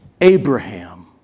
Abraham